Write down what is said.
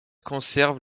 conservent